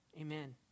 amen